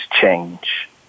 change